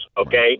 Okay